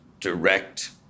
direct